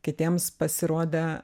kitiems pasirodė